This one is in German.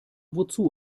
wozu